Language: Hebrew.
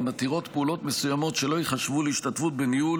המתירות פעולות מסוימות שלא ייחשבו להשתתפות בניהול